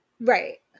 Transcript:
right